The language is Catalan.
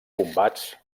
combats